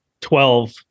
twelve